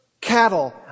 cattle